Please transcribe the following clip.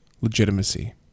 legitimacy